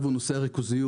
נושא הריכוזיות.